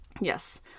Yes